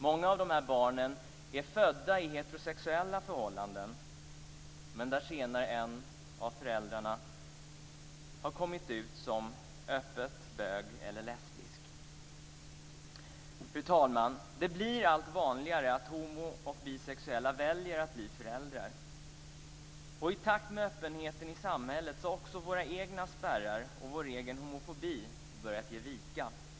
Många av de här barnen är födda i heterosexuella förhållanden där senare en av föräldrarna öppet har kommit ut som bög eller lesbisk. Fru talman! Det blir allt vanligare att homo och bisexuella väljer att bli föräldrar. I takt med öppenheten i samhället har också våra egna spärrar och vår egen homofobi börjat ge vika.